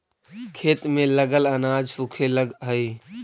खेत में लगल अनाज सूखे लगऽ हई